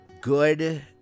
good